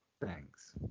thanks